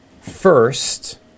first